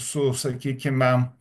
su sakykime